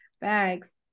thanks